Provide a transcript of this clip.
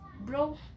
bro